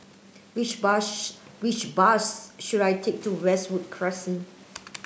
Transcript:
which bush which bus should I take to Westwood Crescent